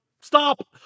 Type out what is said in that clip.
stop